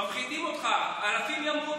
מפחידים אותך: אלפים ימותו,